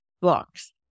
books